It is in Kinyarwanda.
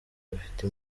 bafite